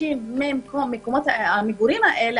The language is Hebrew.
שאנשים ממקומות המגורים האלה,